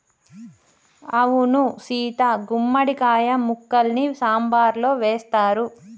అవును సీత గుమ్మడి కాయ ముక్కల్ని సాంబారులో వేస్తారు